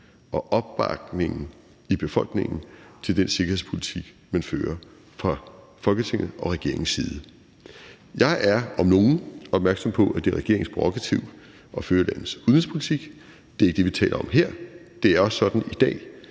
og opbakningen i befolkningen til den sikkerhedspolitik, man fører fra Folketingets og regeringens side. Jeg er om nogen opmærksom på, at det er regeringens prærogativ at føre landets udenrigspolitik. Det er ikke det, vi taler om her. Det er også sådan i dag,